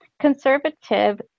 conservative